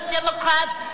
Democrats